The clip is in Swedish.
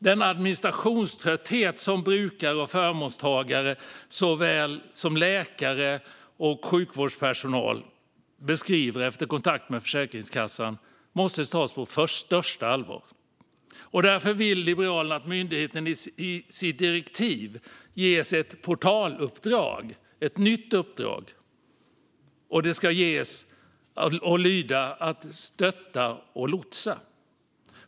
Den administrationströtthet som brukare och förmånstagare liksom läkare och sjukvårdspersonal beskriver efter kontakt med Försäkringskassan måste tas på största allvar. Därför vill Liberalerna att myndigheten i sitt direktiv ges ett portaluppdrag, ett nytt uppdrag, som ska vara att stötta och lotsa.